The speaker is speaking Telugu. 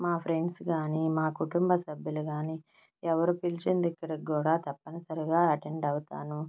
మా ఫ్రెండ్స్ కాని మా కుటుంబ సభ్యులు కాని ఎవరు పిలిచిన దగ్గరకు కూడా తప్పనిసరిగా అటెండ్ అవుతాను